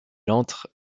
entre